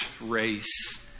race